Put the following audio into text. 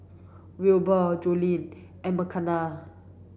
Wilber Joellen and Makena